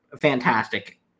Fantastic